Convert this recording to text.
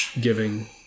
giving